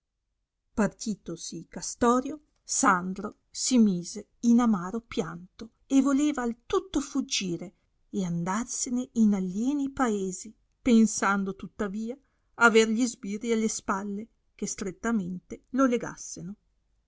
morte partitosi castorio sandro si mise in amaro pianto e voleva al tutto fuggire e andarsene in alieni paesi pensando tuttavia aver gli sbirri alle spalle che strettamente lo legasseno